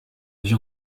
vie